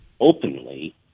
openly